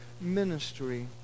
ministry